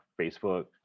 Facebook